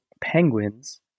penguins